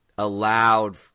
allowed